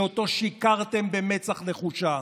שלו שיקרתם במצח נחושה.